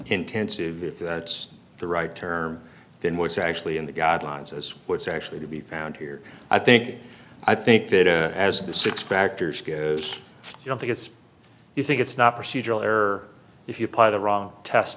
intensive if that's the right term than what's actually in the god lines as what's actually to be found here i think i think that as the six factors you don't think it's you think it's not procedural error if you apply the wrong test